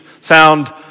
sound